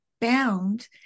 bound